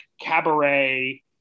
cabaret